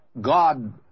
God